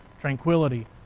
Tranquility